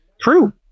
true